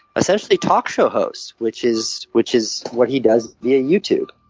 essentially, talk show host, which is which is what he does via youtube.